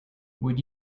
would